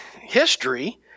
history